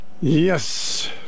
Yes